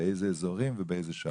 באילו אזורים ובאילו שעות.